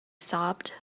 sobbed